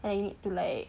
and you need to like